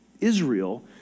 Israel